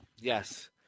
Yes